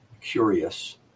curious